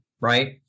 right –